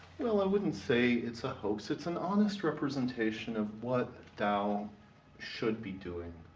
well, i wouldn't say it's a hoax. it's an honest representation of what dow should be doing.